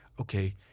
okay